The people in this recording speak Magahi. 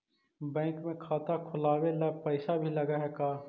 बैंक में खाता खोलाबे ल पैसा भी लग है का?